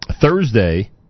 Thursday